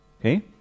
Okay